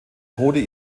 tode